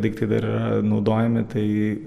daiktai dar yra naudojami tai